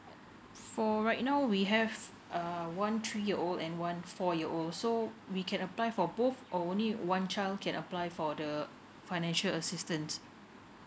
for right now we have a one three year old and one four year old so we can apply for both or only one child can apply for the financial assistance